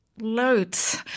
loads